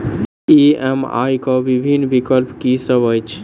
EMI केँ विभिन्न विकल्प की सब अछि